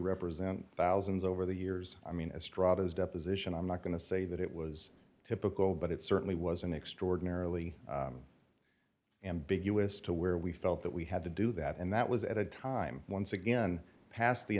represent thousands over the years i mean as strong as deposition i'm not going to say that it was typical but it certainly was an extraordinarily ambiguous to where we felt that we had to do that and that was at a time once again passed the